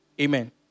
Amen